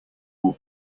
will